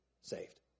saved